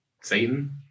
Satan